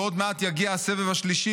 ועוד מעט יגיע הסבב השלישי,